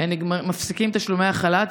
מפסיקים תשלומי החל"ת.